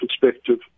perspective